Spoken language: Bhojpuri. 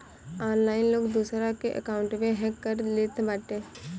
आनलाइन लोग दूसरा के अकाउंटवे हैक कर लेत बाटे